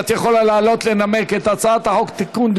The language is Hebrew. את יכולה לעלות לנמק את הצעת חוק (תיקון,